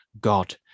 god